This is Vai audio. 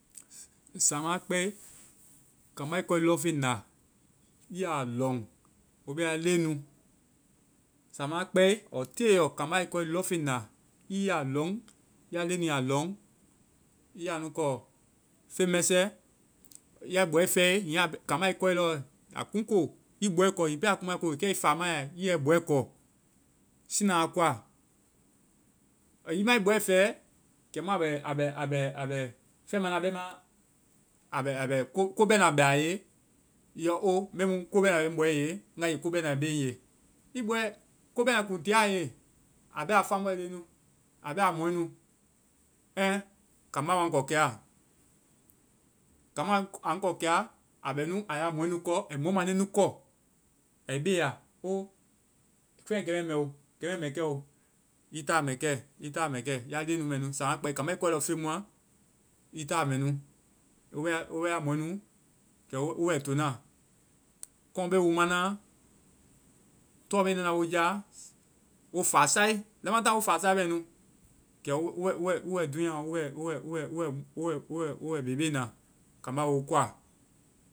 Saama kpɛe, kambá a kɔe loŋfeŋ la, i yaa lɔŋ, wo bɛ ya leŋɛ nu. saama a kpɛe ɔɔ teɔ. Kambá i kɔe lɔŋfeŋ la, i ya lɔŋ. Ya leŋɛ nu ya a lɔŋ. I yaa nu kɔ feŋ mɛsɛ, ya i bɔɛ fɛe, hiŋi a- kambá i kɔelɔɔ, hiŋi a kuŋkoo, i bɔɛ kɔ. Hiŋi pɛɛ a kuŋ ma koo, kɛ i faamaiɛ la, i yɛ i bɔɛ kɔsiina a koa. I ma i bɔɛ fɛɛ kɛmu a bɛ feŋ mana, bɛma a bɛ ko bɛna bɛ a ye, i yɔ oo mbemu ko bɛna bɛ i bɔɛ ye, ŋgae ko bɛna bee ŋ nye? I bɔɛ ko bɛna kuŋ tia a ye, a bɛ a feŋ, a bɛ aamɔɛnu. Kambá wa ŋ ko kɛa, kambá. a ŋ kɔ kɛa, a bɛ nu a yaa mɔɛnu kɔ, ai mɔmande nu kɔ. Ai baya, oo feŋɛ kɛmɛɛ mɛo, kɛ mɛ kɛo, i táa mɛɛ kɛ, i táa mɛ kɛ, ya leŋɛnu mɛ nu. saama kpɛe kambá ai kɔɛ lɔɔ feŋ mua, ii táa mɛnu. Wo bɛ- wo bɛ ya mɔɛn kɛ wo bɛ tona, kɔŋ bɛ woma, tɔ bee nana wo jáa, wo fáasae. Lamataŋ wo fasaaebɛnu, kɛ wo- wo, wo bɛ dúunyaaɔ, wo bɛ wo bɛ bebena. Kambá i wo kɔa.